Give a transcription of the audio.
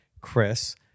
Chris